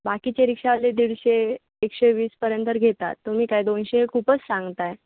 बाकीचे रिक्षावाले दीडशे एकशे वीसपर्यंत तर घेतात तुम्ही काय दोनशे खूपच सांगताय